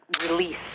release